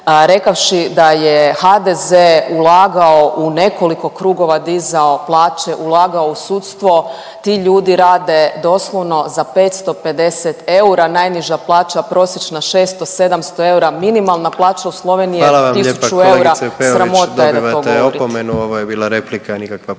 rekavši da je HDZ ulagao u nekoliko krugova dizao plaće, ulagao u sudstvo. Ti ljudi rade doslovno za 550 eura, najniža plaća prosječna 600-700 eura. Minimalna plaća u Sloveniji je 1.000 eura …/Upadica: Hvala